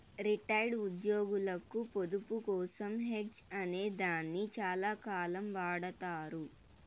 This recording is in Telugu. రిటైర్డ్ ఉద్యోగులకు పొదుపు కోసం హెడ్జ్ అనే దాన్ని చాలాకాలం వాడతారు